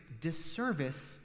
disservice